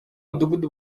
mudugudu